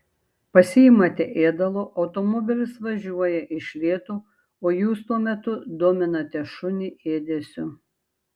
pasiimate ėdalo automobilis važiuoja iš lėto o jūs tuo metu dominate šunį ėdesiu